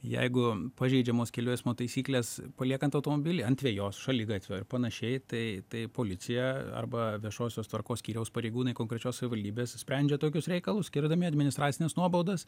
jeigu pažeidžiamos kelių eismo taisyklės paliekant automobilį ant vejos šaligatvio ir panašiai tai tai policija arba viešosios tvarkos skyriaus pareigūnai konkrečios savivaldybės sprendžia tokius reikalus skirdami administracines nuobaudas